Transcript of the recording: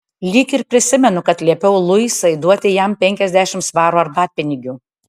lyg ir prisimenu kad liepiau luisai duoti jam penkiasdešimt svarų arbatpinigių